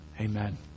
Amen